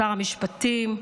שר המשפטים,